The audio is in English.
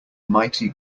mighty